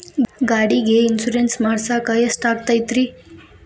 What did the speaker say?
ಗಾಡಿಗೆ ಇನ್ಶೂರೆನ್ಸ್ ಮಾಡಸಾಕ ಎಷ್ಟಾಗತೈತ್ರಿ?